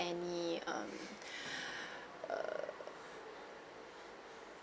any um err